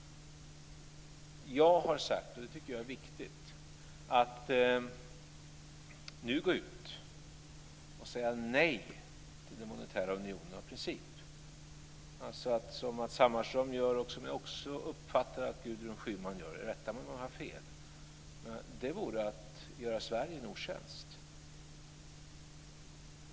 Jag har sagt, vilket jag tycker är viktigt, att om man nu skulle gå ut och säga nej till den monetära unionen av princip - som Matz Hammarström gör, och som jag också uppfattade att Gudrun Schyman gör, rätta mig om jag har fel - vore det att göra Sverige en otjänst.